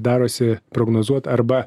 darosi prognozuot arba